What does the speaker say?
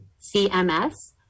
CMS